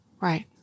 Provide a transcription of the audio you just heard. Right